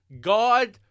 God